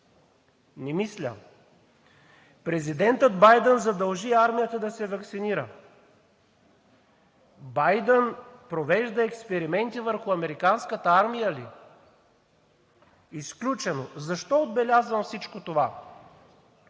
Не мисля. Президентът Байдън задължи армията да се ваксинира. Байдън провежда експерименти върху американската армия ли? Изключено! Защо отбелязвам всичко това?